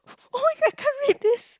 oh my god I can't read this